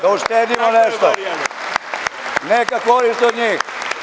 Da uštedimo nešto, neka korist od njih.